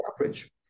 average